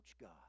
God